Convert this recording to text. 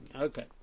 Okay